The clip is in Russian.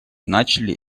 начали